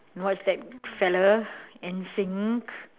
what's that fella n sync